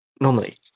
Normally